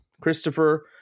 Christopher